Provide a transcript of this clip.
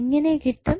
എങ്ങനെ കിട്ടും